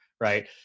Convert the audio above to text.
right